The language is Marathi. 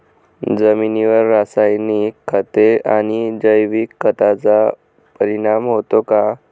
जमिनीवर रासायनिक खते आणि जैविक खतांचा परिणाम होतो का?